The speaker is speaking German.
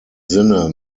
sinne